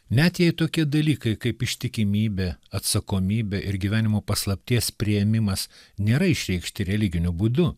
net jei tokie dalykai kaip ištikimybė atsakomybė ir gyvenimo paslapties priėmimas nėra išreikšti religiniu būdu